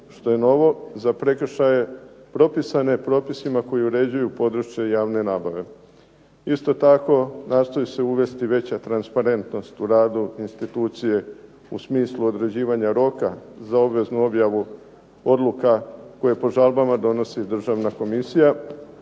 što je novo za prekršaje propisane propisima koji uređuju područje javne nabave. Isto tako, nastoji se uvesti veća transparentnost u radu institucije u smislu određivanja roka za obveznu objavu odluka koje po žalbama donosi državna komisija